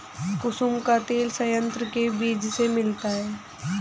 कुसुम का तेल संयंत्र के बीज से मिलता है